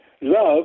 love